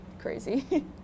crazy